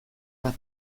bat